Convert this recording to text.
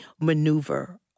maneuver